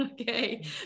Okay